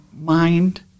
mind